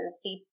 see